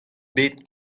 bet